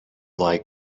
like